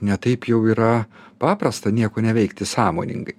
ne taip jau yra paprasta nieko neveikti sąmoningai